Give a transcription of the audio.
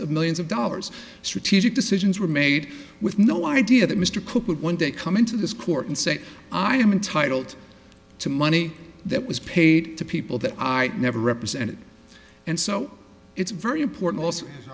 of millions of dollars strategic decisions were made with no idea that mr cook would one day come into this court and say i am entitled to money that was paid to people that i never represented and so it's very important also a